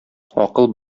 акыл